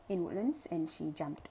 in woodlands and she jumped